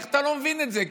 איך אתה לא מבין את זה?